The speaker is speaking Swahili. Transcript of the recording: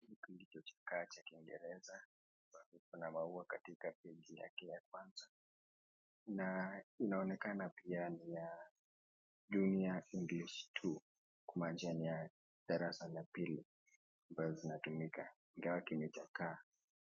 Hiki ndicho kikaa cha kiingereza, kuna maua katika peji yake ya kwanza, na inaonekana pia ni ya Junior English 2 kumaanisha ni ya darasa la pili ambayo inatumika ingawa kimechakaa.